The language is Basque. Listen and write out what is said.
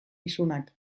isunak